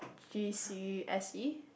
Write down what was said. G_C_S_E